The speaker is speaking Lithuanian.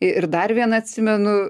ir dar viena atsimenu